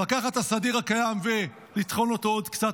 לקחת את הסדיר הקיים ולטחון אותו עוד קצת,